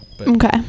Okay